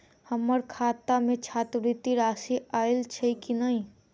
हम्मर खाता मे छात्रवृति राशि आइल छैय की नै?